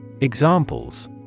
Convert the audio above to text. Examples